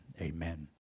amen